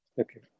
Okay